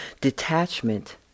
detachment